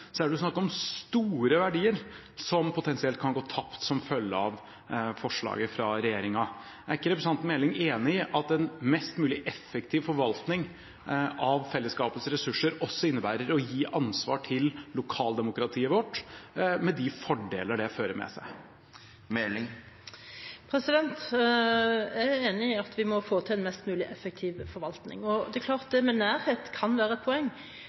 så effektiv forvaltning av staten og det offentliges ressurser som mulig, men når vi vet at innkrevingsprosenten i staten er om lag 99,4 pst. og i kommunene 99,8 pst., er det snakk om store verdier som potensielt kan gå tapt som følge av forslaget fra regjeringen. Er ikke representanten Meling enig i at en mest mulig effektiv forvaltning av fellesskapets ressurser også innebærer å gi ansvar til lokaldemokratiet vårt, med de fordeler det fører med seg? Jeg er enig i at vi må få